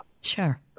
Sure